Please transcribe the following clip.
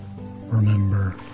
Remember